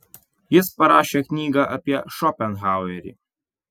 jis parašė knygą apie šopenhauerį